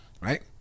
right